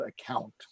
account